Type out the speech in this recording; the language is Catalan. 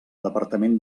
departament